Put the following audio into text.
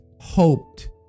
hoped